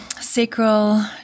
sacral